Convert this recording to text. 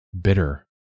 bitter